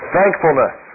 Thankfulness